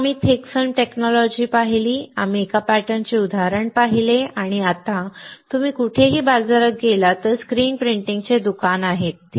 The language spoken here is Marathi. मग आम्ही थिक फिल्म टेक्नॉलॉजी पाहिली आम्ही एका पॅटर्नचे उदाहरण पाहिले आणि आता तुम्ही कुठेतरी बाजारात गेलात तर स्क्रीन प्रिंटिंगचे दुकान आहे